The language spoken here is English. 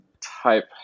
type